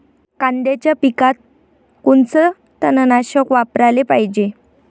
कांद्याच्या पिकात कोनचं तननाशक वापराले पायजे?